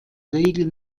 regel